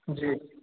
जी